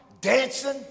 dancing